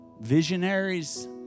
Visionaries